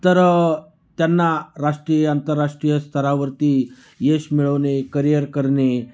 तर त्यांना राष्ट्रीय आंतरराष्ट्रीय स्तरावरती यश मिळवणे करियर करणे